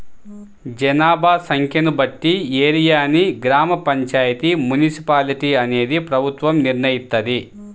జనాభా సంఖ్యను బట్టి ఏరియాని గ్రామ పంచాయితీ, మున్సిపాలిటీ అనేది ప్రభుత్వం నిర్ణయిత్తది